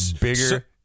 bigger